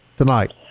tonight